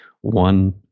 one